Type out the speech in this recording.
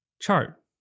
chart